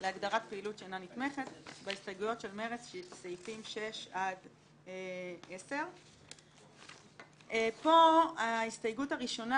מדובר בסעיפים 6 10. פה ההסתייגות הראשונה,